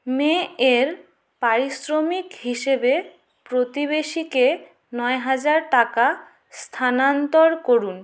মে এর পারিশ্রমিক হিসেবে প্রতিবেশীকে নয় হাজার টাকা স্থানান্তর করুন